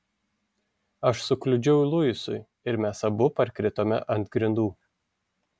aš sukliudžiau luisui ir mes abu parkritome ant grindų